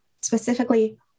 Specifically